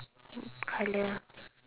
colour